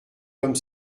comme